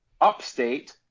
upstate